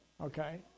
okay